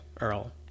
Earl